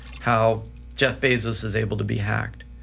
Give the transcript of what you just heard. how jeff bezos is able to be hacked.